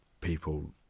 people